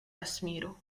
vesmíru